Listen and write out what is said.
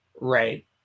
Right